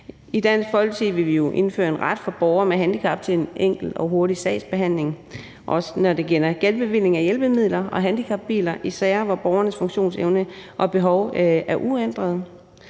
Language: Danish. I Dansk Folkeparti vil vi jo indføre en ret for borgere med handicap til en enkel og hurtig sagsbehandling, og også når det gælder genbevilling af hjælpemidler og handicapbiler i sager, hvor borgernes funktionsevne og behov er uændrede.